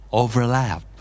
overlap